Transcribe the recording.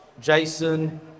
Jason